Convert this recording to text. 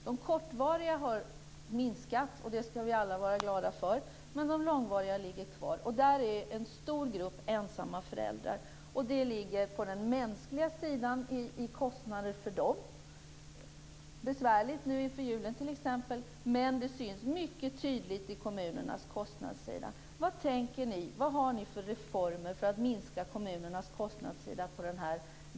De kortvariga har minskat, och det ska vi alla vara glada för, men de långvariga ligger kvar. Där finns en stor grupp ensamma föräldrar. Det ligger på den mänskliga sidan i kostnader för dem. Det är t.ex. besvärligt nu inför julen. Det syns mycket tydligt på kommunernas kostnadssida. Vad har ni för reformer för att minska kommunernas kostnadssida på den delen?